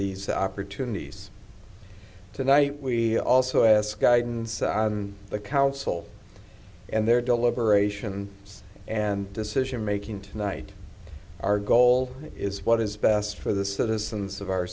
these opportunities tonight we also ask guidance the council and their deliberation and decision making tonight our goal is what is best for the citizens of our